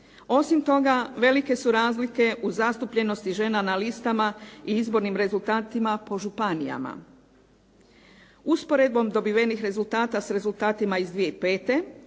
Osim toga, velike su razlike u zastupljenosti žena na listama i izbornim rezultatima po županijama. Usporedbom dobivenih rezultata s rezultatima iz 2005.